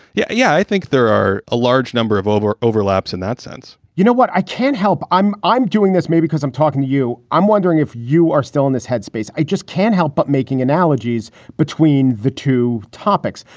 yeah, yeah, i think there are a large number of over overlaps in that sense you know what? i can't help. i'm i'm doing this maybe because i'm talking to you. i'm wondering if you are still in this headspace. i just can't help but making analogies between the two topics.